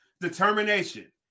determination